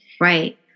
Right